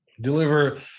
deliver